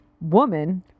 woman